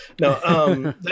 No